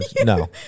No